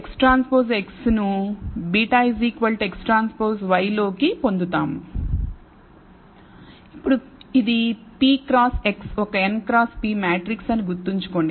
మనం XTX ను β XTy లోకి పొందుతాం ఇప్పుడు ఇది p క్రాస్ X ఒక n క్రాస్ p మ్యాట్రిక్స్ అని గుర్తుంచుకోండి